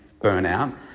burnout